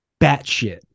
batshit